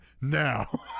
Now